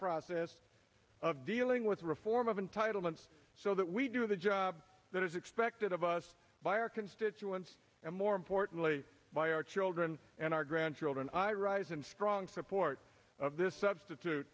process of dealing with reform of entitlements so that we do the job that is expected of us by our constituents and more importantly by our children and our grandchildren i rise in strong support of this substitute